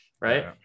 Right